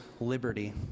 liberty